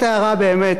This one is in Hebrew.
צדדית.